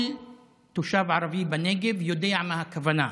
כל תושב ערבי בנגב יודע מה הכוונה.